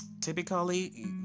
typically